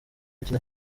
akina